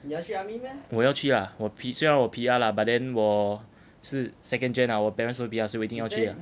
我要去啊我 P 虽然我 P_R lah but then 我是 second gen lah 我 parents 是 P_R ah 所以我一定要去